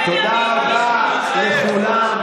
קוראים לו "יא נוכל".